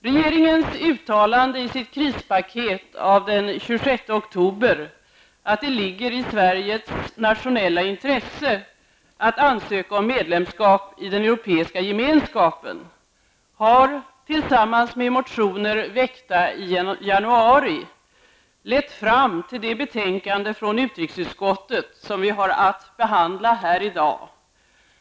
Regeringens uttalande i sitt krispaket av den 26 oktober att det ligger i Sveriges nationella intresse att ansöka om medlemskap i den Europeiska gemenskapen har, tillsammans med motioner väckta i januari, lett fram till det betänkande från utrikesutskottet som vi har att behandla här i dag.